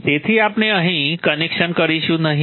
તેથી આપણે અહીં કનેક્શન કરીશું નહીં